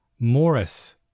Morris